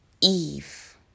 Eve